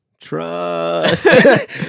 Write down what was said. trust